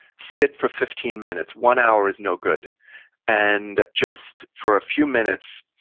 sit for fifteen minutes. one hour is no good and just for a few minutes,